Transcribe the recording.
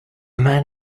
man